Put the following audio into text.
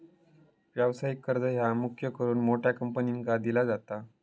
व्यवसायिक कर्ज ह्या मुख्य करून मोठ्या मोठ्या कंपन्यांका दिला जाता